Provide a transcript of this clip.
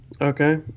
Okay